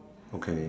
okay